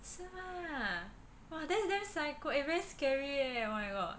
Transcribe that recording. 是吗 that's damn psycho eh very scary leh oh my god